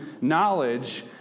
knowledge